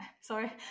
Sorry